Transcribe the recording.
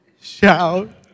Shout